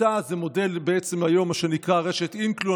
בכיתה זה מודל, מה שנקרא היום רשת "אינקלו".